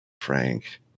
Frank